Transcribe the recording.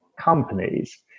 companies